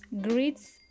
greets